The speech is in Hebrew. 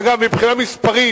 אגב, מבחינה מספרית,